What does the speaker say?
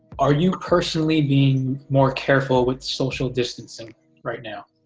are you personally being more careful with social distancing right now?